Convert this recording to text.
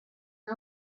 the